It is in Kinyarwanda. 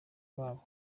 babo